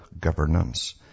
governance